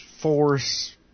force